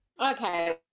Okay